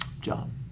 John